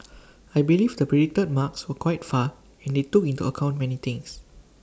I believe the predicted marks were quite fair and they took into account many things